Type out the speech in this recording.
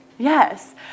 Yes